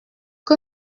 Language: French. que